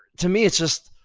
to me, it's just,